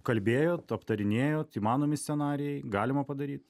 kalbėjot aptarinėjot įmanomi scenarijai galima padaryt